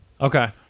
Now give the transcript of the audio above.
Okay